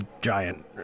giant